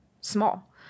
small